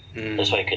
mm